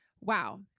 Wow